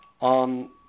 on